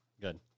Good